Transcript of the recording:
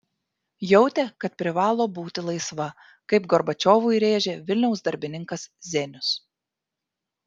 jautė kad privalo būti laisva kaip gorbačiovui rėžė vilniaus darbininkas zenius